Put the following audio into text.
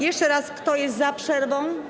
Jeszcze raz: Kto jest za przerwą?